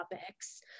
topics